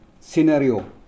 scenario